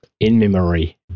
in-memory